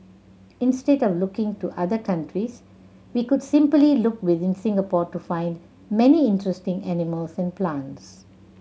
instead of looking to other countries we could simply look within Singapore to find many interesting animals and plants